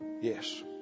yes